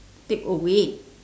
takeaway